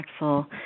impactful